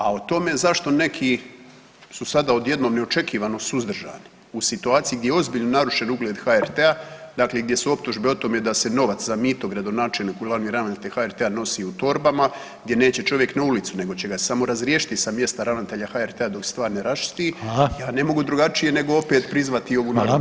A o tome zašto neki su sada odjednom i očekivano suzdržani u situaciji gdje je ozbiljno narušen ugled HRT-a, dakle gdje su optužbe o tome da se novac za mito gradonačelniku, glavni ravnatelj HRT-a nosio u torbama gdje neće čovjek na ulici nego će ga samo razriješiti sa mjesta ravnatelja HRT-a dok se stvar ne raščisti [[Upadica: Hvala.]] ja ne mogu drugačije nego opet prizvati ovu narodnu izreku.